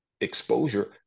exposure